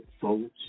folks